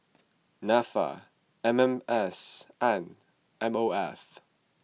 Nafa M M S and M O F